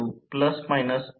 48 ने विभाजित केले आहे